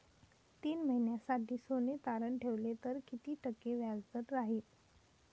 तीन महिन्यासाठी सोने तारण ठेवले तर किती टक्के व्याजदर राहिल?